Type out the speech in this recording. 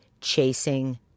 Chasing